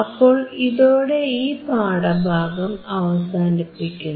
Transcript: അപ്പോൾ ഇതോടെ ഈ പാഠഭാഗം അവസാനിപ്പിക്കുന്നു